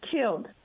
killed